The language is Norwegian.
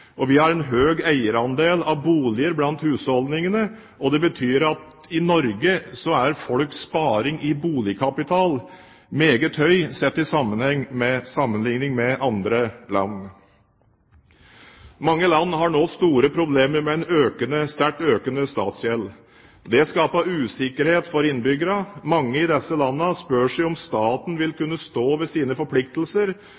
bolig. Vi har en høy eierandel av boliger blant husholdningene, og det betyr at i Norge er folks sparing i boligkapital meget høy, sammenliknet med andre land. Mange land har nå store problemer med en sterkt økende statsgjeld. Det skaper usikkerhet for innbyggerne. Mange i disse landene spør seg om staten vil